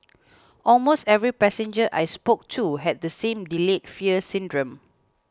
almost every passenger I spoke to had the same delayed fear syndrome